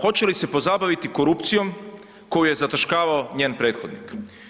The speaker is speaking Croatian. Hoće li se pozabaviti korupcijom koju je zataškavao njen prethodnik?